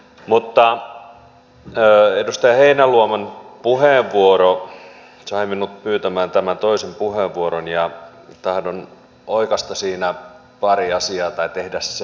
mutta edustaja heinäluoman puheenvuoro sai minut pyytämään tämän toisen puheenvuoron ja tahdon oikaista siinä pari asiaa tai tehdä selvemmäksi